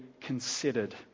considered